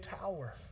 tower